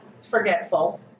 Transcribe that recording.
forgetful